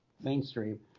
mainstream